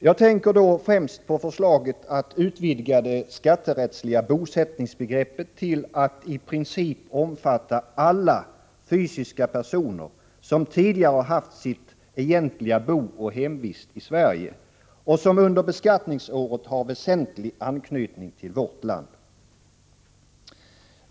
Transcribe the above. Jag tänker då främst på förslaget att utvidga det skatterättsliga bosättningsbegreppet till att i princip omfatta alla fysiska personer som tidigare har haft sitt egentliga bo och hemvist i Sverige och som under beskattningsåret har väsentlig anknytning till vårt land.